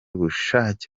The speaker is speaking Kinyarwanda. ubushake